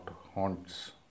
haunts